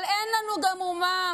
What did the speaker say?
אבל אין לנו גם אומה